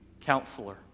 Counselor